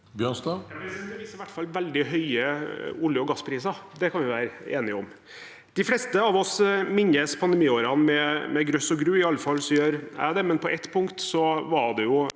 Det viser i hvert fall veldig høye olje- og gasspriser. Det kan vi være enige om. De fleste av oss minnes pandemiårene med grøss og gru – i alle fall gjør jeg det – men på ett punkt var det en